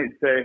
say